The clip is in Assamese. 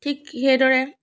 ঠিক সেইদৰে